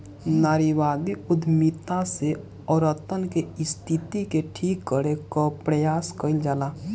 नारीवादी उद्यमिता से औरतन के स्थिति के ठीक करे कअ प्रयास कईल जाला